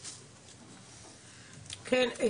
כן,